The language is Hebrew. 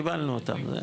קיבלנו אותם,